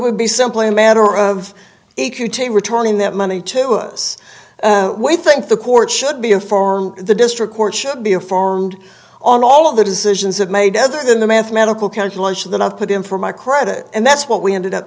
would be simply a matter of returning that money to us way think the court should be a for the district court should be a formed on all of the decisions have made other than the mathematical calculation that i've put in for my credit and that's what we ended up